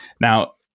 Now